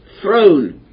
throne